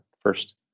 first